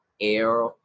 air